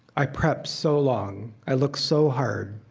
i prep so long, i look so hard,